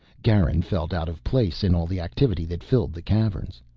garin felt out of place in all the activity that filled the caverns.